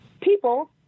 people